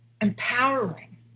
empowering